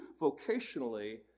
vocationally